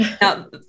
Now